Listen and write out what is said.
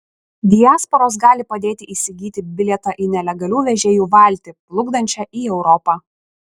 diasporos gali padėti įsigyti bilietą į nelegalių vežėjų valtį plukdančią į europą